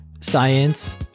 science